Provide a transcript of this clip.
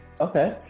okay